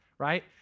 right